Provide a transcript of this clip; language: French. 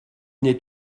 n’est